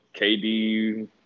KD